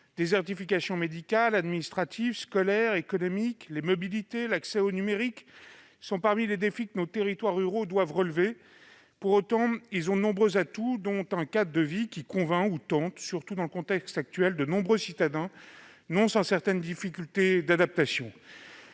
désertification médicale, administrative, scolaire et économique, les mobilités et l'accès au numérique sont parmi les défis que nos territoires ruraux doivent relever. Pour autant, ils ont de nombreux atouts, dont un cadre de vie qui convainc ou tente, surtout dans le contexte actuel, de nombreux citadins, non sans certaines difficultés d'adaptation.